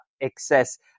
excess